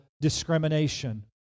Discrimination